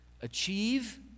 achieve